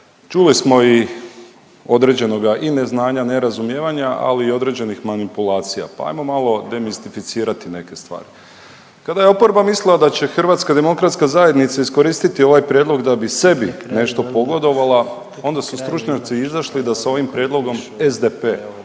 čuli smo i određenoga i neznanja, nerazumijevanja, ali i određenih manipulacija pa hajmo malo demistificirati neke stvari. Kada je oporba mislila da će Hrvatska demokratska zajednica iskoristiti ovaj prijedlog da bi sebi nešto pogodovala, onda su stručnjaci izašli da sa ovim prijedlogom SDP